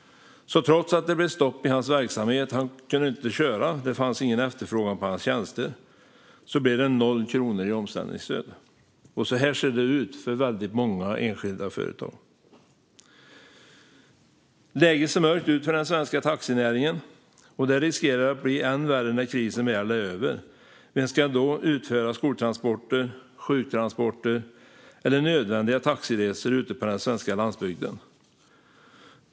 Trots att det blev stopp i hans verksamhet - han kunde inte köra eftersom det inte fanns någon efterfrågan på hans tjänster - blev det alltså 0 kronor i omställningsstöd. Så här ser det ut för väldigt många enskilda företag. Läget ser mörkt ut för den svenska taxinäringen, och det riskerar att bli än värre när krisen väl är över. Vem ska då utföra skoltransporter, sjuktransporter och nödvändiga taxiresor ute på den svenska landsbygden?